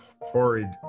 horrid